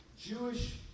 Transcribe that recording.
Jewish